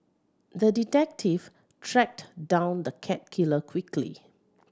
the detective tracked down the cat killer quickly